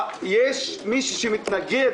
אני מכבד את זה.